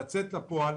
מה,